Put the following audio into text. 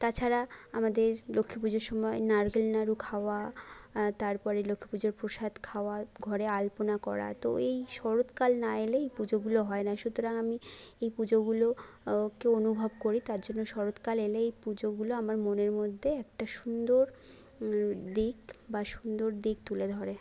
তাছাড়া আমাদের লক্ষ্মী পুজোর সময় নারকেল নাড়ু খাওয়া তারপরে লক্ষ্মী পুজোর প্রসাদ খাওয়া ঘরে আলপনা করা তো এই শরৎকাল না এলে এই পুজোগুলো হয় না সুতরাং আমি এই পুজোগুলো কে অনুভব করি তার জন্য শরৎকাল এলেই পুজোগুলো আমার মনের মধ্যে একটা সুন্দর দিক বা সুন্দর দিক তুলে ধরে